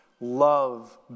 Love